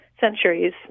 centuries